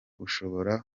ushobora